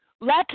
let